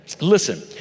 listen